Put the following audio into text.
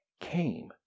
came